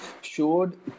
showed